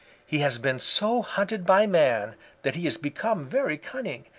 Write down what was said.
he has been so hunted by man that he has become very cunning,